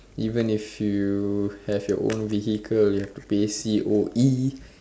even if you have your own vehicle you will have to pay C_O_E